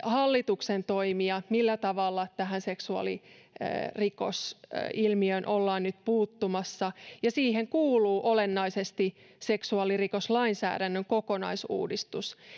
hallituksen toimia millä tavalla tähän seksuaalirikosilmiöön ollaan nyt puuttumassa siihen kuuluu olennaisesti seksuaalirikoslainsäädännön kokonaisuudistus